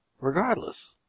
regardless